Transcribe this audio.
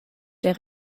der